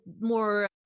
more